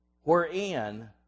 Wherein